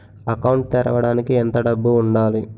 Account తెరవడానికి ఎంత డబ్బు ఉండాలి?